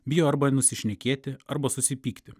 bijo arba nusišnekėti arba susipykti